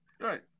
Right